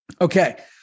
Okay